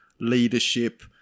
leadership